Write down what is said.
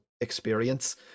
experience